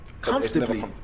comfortably